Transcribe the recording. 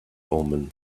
omen